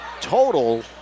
total